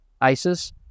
ISIS